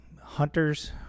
Hunters